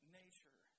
nature